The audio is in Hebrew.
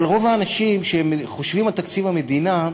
אבל רוב האנשים, כשהם חושבים על תקציב המדינה,